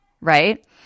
right